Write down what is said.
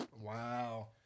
Wow